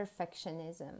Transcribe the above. perfectionism